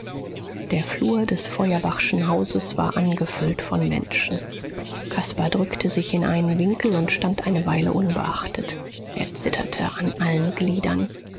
der flur des feuerbachschen hauses war angefüllt von menschen caspar drückte sich in einen winkel und stand eine weile unbeachtet er zitterte an allen gliedern